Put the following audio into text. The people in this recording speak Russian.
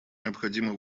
необходимо